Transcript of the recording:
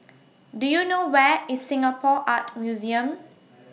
Do YOU know Where IS Singapore Art Museum